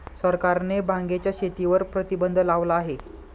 सरकारने भांगेच्या शेतीवर प्रतिबंध लावला आहे